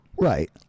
Right